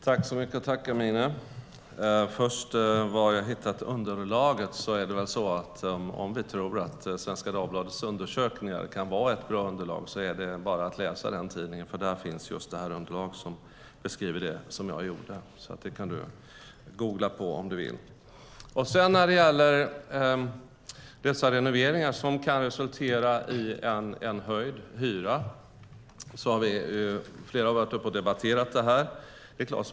Herr talman! Jag tackar Amineh. När det gäller var jag har hittat underlaget: Om vi tror att Svenska Dagbladets undersökningar kan vara ett bra underlag är det bara att läsa den tidningen. Där finns nämligen just det underlag som beskriver det jag gjorde. Det kan du alltså googla på, om du vill. När det sedan gäller dessa renoveringar, som kan resultera i en höjd hyra, har flera varit uppe och debatterat detta.